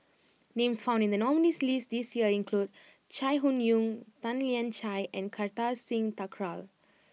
names found in the nominees' list this year include Chai Hon Yoong Tan Lian Chye and Kartar Singh Thakral